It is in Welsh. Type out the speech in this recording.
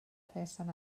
person